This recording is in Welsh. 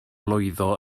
lwyddo